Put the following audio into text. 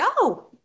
go